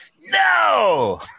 No